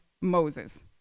Moses